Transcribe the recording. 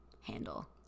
handle